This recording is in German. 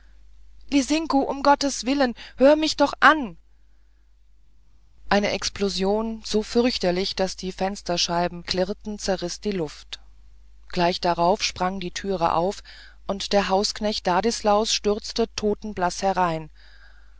lisinko um gottes willen hör mich doch an eine explosion so fürchterlich daß die fensterscheiben klirrten zerriß die luft gleich darauf sprang die türe auf und der hausknecht ladislaus stürzte totenblaß herein